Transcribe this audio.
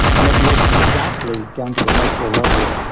and it works exactly, down to the molecular level,